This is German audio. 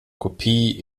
kopie